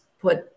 put